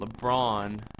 LeBron